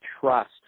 trust